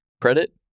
credit